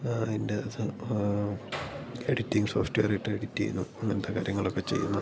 എൻ്റെ സ editing soft വെയറിട്ട് എഡിറ്റ് ചെയ്യുന്നു അങ്ങനത്തെ കാര്യങ്ങളൊക്കെ ചെയ്യുന്നു